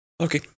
Okay